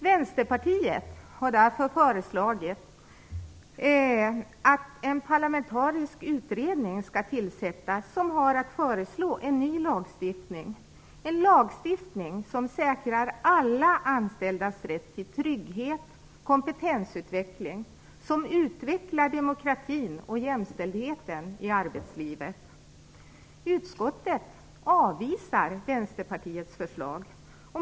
Vänsterpartiet har därför föreslagit att en parlamentarisk utredning skall tillsättas som har att föreslå en ny lagstiftning, en lagstiftning som säkrar alla anställdas rätt till trygghet och kompetensutveckling och som utvecklar demokratin och jämställdheten i arbetslivet. Utskottet avvisar Vänsterpartiets förslag.